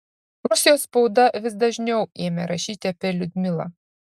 rusijos spauda vis dažniau ėmė rašyti apie liudmilą